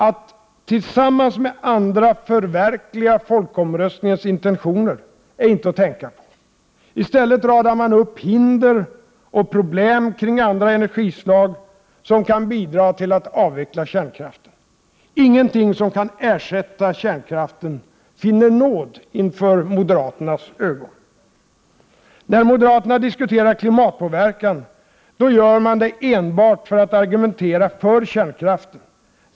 Att tillsammans med andra förverkliga folkomröstningens intentioner är inte att tänka på. I stället radar man upp hinder och problem kring andra energislag som kan bidra till en avveckling av kärnkraften. Ingenting som kan ersätta kärnkraften finner nåd inför moderaternas ögon. När moderaterna diskuterar klimatpåverkan gör man det enbart för att argumentera för kärnkraften.